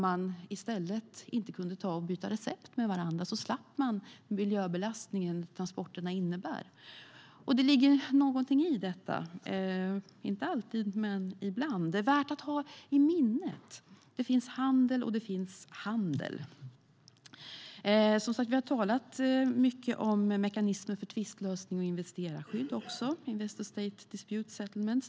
I stället kan man byta recept med varandra så slipper man den miljöbelastning som transporterna innebär. Det ligger någonting i detta - inte alltid, men ibland. Det är värt att ha i minnet att det finns handel och det finns handel. Vi har talat mycket om mekanismer för tvistlösning och investerarskydd, Investor-State Dispute Settlements.